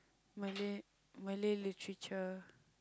Malay Malay literature